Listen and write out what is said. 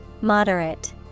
Moderate